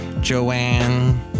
Joanne